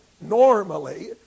normally